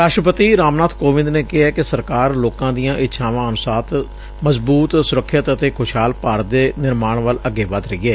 ਰਾਸ਼ਟਰਪਤੀ ਰਾਮ ਨਾਥ ਕੋਵਿੰਦ ਨੇ ਕਿਹਾ ਕਿ ਸਰਕਾਰ ਲੋਕਾਂ ਦੀਆਂ ਇਛਾਵਾਂ ਅਨੁਸਾਰ ਮਜ਼ਬੁਤ ਸੁਰੱਖਿਅਤ ਅਤੇ ਖੁਸ਼ਹਾਲ ਭਾਰਤ ਦੇ ਨਿਰਮਾਣ ਵੱਲ ਅੱਗੇ ਵੱਧ ਰਹੀ ਏ